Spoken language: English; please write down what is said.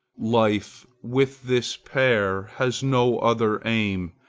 life, with this pair, has no other aim,